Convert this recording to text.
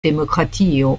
demokratio